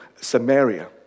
Samaria